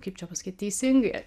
kaip čia pasakyt teisingai